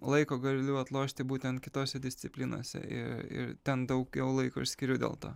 laiko galiu atlošti būtent kitose disciplinose ir ir ten daugiau laiko aš skiriu dėl to